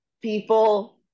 people